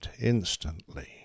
instantly